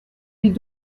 mille